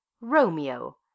Romeo